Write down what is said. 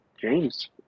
James